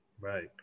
Right